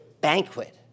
banquet